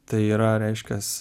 tai yra reiškias